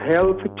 Health